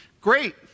Great